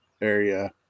area